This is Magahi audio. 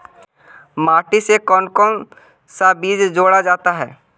माटी से कौन कौन सा बीज जोड़ा जाता है?